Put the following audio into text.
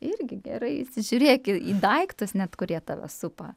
irgi gerai įsižiūrėk į į daiktus net kurie tave supa